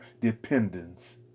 dependence